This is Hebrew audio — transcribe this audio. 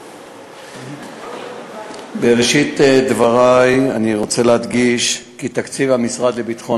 1 3. בראשית דברי אני רוצה להדגיש כי תקציב המשרד לביטחון